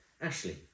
Ashley